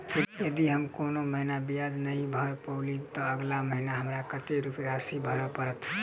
यदि हम कोनो महीना ब्याज नहि भर पेलीअइ, तऽ अगिला महीना हमरा कत्तेक राशि भर पड़तय?